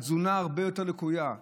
התזונה הרבה יותר לקויה,